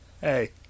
Hey